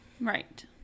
right